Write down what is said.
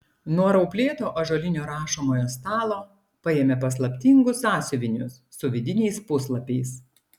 nuo rauplėto ąžuolinio rašomojo stalo paėmė paslaptingus sąsiuvinius su vidiniais puslapiais